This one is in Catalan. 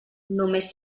només